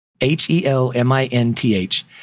H-E-L-M-I-N-T-H